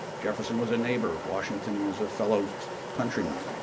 jefferson was a neighbor, washington was a fellow countryman.